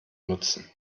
nutzen